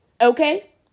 Okay